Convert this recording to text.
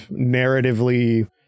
narratively